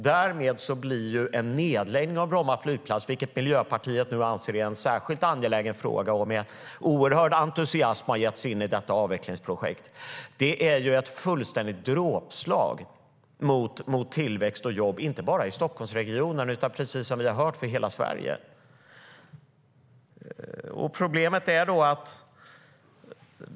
Därmed blir en nedläggning av Bromma flygplats - som Miljöpartiet anser är en särskilt angelägen fråga och med oerhörd entusiasm har gett sig in i som avvecklingsprojekt - ett fullständigt dråpslag mot tillväxt och jobb inte bara i Stockholmsregionen utan, precis som vi har hört, för hela Sverige.